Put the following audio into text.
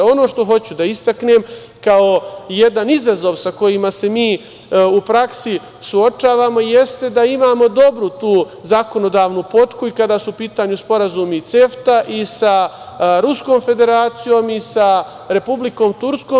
Ono što hoću da istaknem, kao jedan izazov sa kojim se mi u praksi suočavamo, jeste da imamo dobru tu zakonodavnu potku i kada su u pitanju sporazumi CEFTA i sa Ruskom Federacijom i sa Republikom Turskom.